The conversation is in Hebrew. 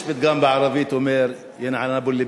יש פתגם בערבית שאומר: ינעל אבּו אללי